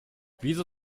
wieso